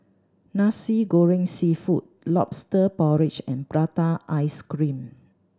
Nasi Goreng Seafood Lobster Porridge and prata ice cream